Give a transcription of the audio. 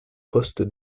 poste